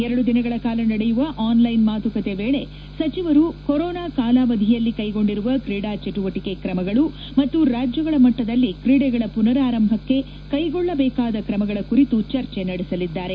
ಎರಡು ದಿನಗಳ ಕಾಲ ನಡೆಯುವ ಆನ್ಲ್ಯೆನ್ ಮಾತುಕತೆ ವೇಳೆ ಸಚಿವರು ಕೊರೋನಾ ಕಾಲಾವಧಿಯಲ್ಲಿ ಕೈಗೊಂಡಿರುವ ಕ್ರೀಡಾ ಚಟುವಟಿಕೆ ಕ್ರಮಗಳು ಮತ್ತು ರಾಜ್ಗಗಳ ಮಟ್ಲದಲ್ಲಿ ಕ್ರೀಡೆಗಳ ಪುನರಾರಂಭಕ್ಕೆ ಕ್ಲೆಗೊಳ್ಳದೇಕಾದ ಕ್ರಮಗಳ ಕುರಿತು ಚರ್ಚೆ ನಡೆಸಲಿದ್ದಾರೆ